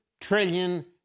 trillion